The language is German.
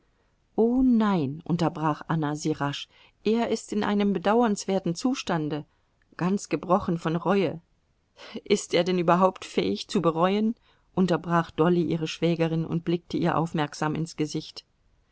o nein unterbrach anna sie rasch er ist in einem bedauernswerten zustande ganz gebrochen von reue ist er denn überhaupt fähig zu bereuen unterbrach dolly ihre schwägerin und blickte ihr aufmerksam ins gesicht